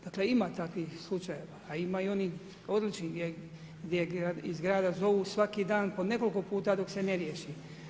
Dakle, ima takvih slučajeva, a ima i onih odličnih, gdje iz grada zovu svaki dan, po nekoliko puta dok se ne riješi.